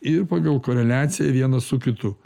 ir pagal koreliaciją vienas su kitu